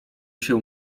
się